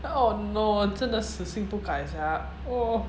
oh no 真的死性不改 sia oh